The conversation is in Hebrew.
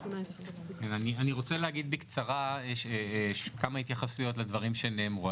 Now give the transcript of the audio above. אני רוצה להגיד בקצרה כמה התייחסויות לדברים שנאמרו.